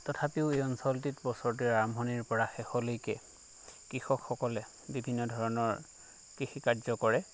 তথাপিও এই অঞ্চলটিত বছৰটিৰ আৰম্ভণিৰ পৰা শেষলৈকে কৃষকসকলে বিভিন্ন ধৰণৰ কৃষি কাৰ্য কৰে